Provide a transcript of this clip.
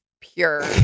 pure